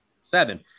Seven